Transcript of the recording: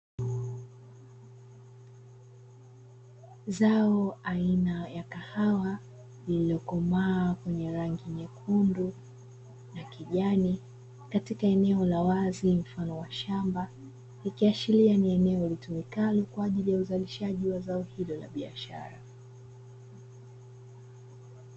Zao aina ya kahawa lililokomaa kwenye rangi nyekundu na kijani katika eneo la wazi mfano wa shamba, ikiashiria ni eneo litumikalo kwa ajili ya uzalishaji wa zao hilo la biashara.